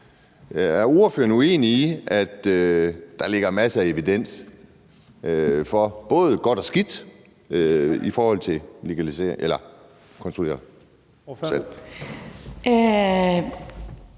Er ordføreren uenig i, at der ligger masser af evidens, både godt og skidt, i forhold til kontrolleret salg?